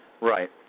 Right